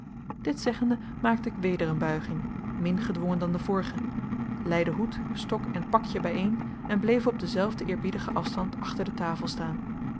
dit zeggende maakte ik weder een buiging min gedwongen dan de vorige leide hoed stok en pakje bijeen en bleef op denzelfden eerbiedigen afstand achter de tafel staan